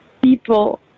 People